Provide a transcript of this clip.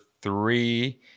three